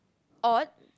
odd